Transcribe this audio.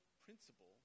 principle